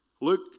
Luke